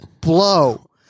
Blow